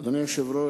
אדוני היושב-ראש,